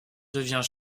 devient